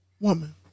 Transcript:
woman